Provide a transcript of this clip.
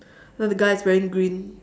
now the guy is wearing green